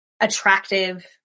attractive